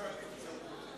אני מדבר על תפקוד.